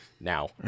now